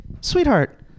Sweetheart